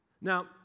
Now